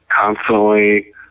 constantly